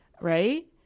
right